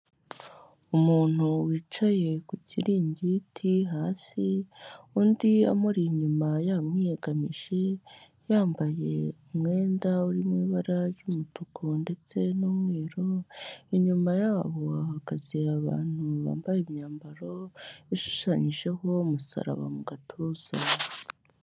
Umuntu wicaye ku kiringiti hasi, undi amuri inyuma yamwiyegamije yambaye umwenda uri mu ibara ry'umutuku ndetse n'umweru, inyuma yabo hahagaze abantu bambaye imyambaro ishushanyijeho umusaraba mu gatuza.